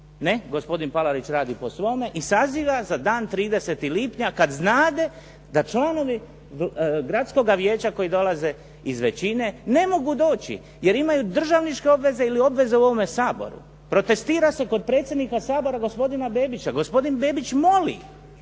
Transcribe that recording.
Ne, gospodin Palarić radi po svome i saziva za dan 30. lipnja kad znade da članovi gradskoga vijeća koji dolaze iz većine ne mogu doći, jer imaju državničke obveze ili obveze u ovome Saboru. Protestira se kod predsjednika Sabora gospodina Bebića. Gospodin Bebić moli